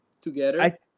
together